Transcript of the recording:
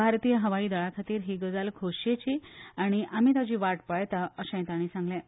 भारतीय हवाय दळा खातीर ही गजाल खोशयेची आनी आमी ताची वाट पळयतात अशें तांणी सांगलें